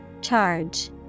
Charge